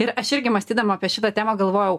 ir aš irgi mąstydama apie šitą temą galvojau